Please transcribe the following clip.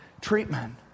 treatment